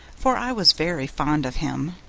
for i was very fond of him.